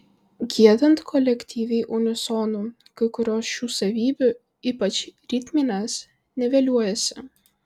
giedant kolektyviai unisonu kai kurios šių savybių ypač ritminės niveliuojasi